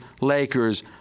Lakers